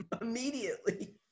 immediately